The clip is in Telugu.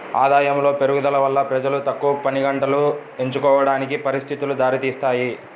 ఆదాయములో పెరుగుదల వల్ల ప్రజలు తక్కువ పనిగంటలు ఎంచుకోవడానికి పరిస్థితులు దారితీస్తాయి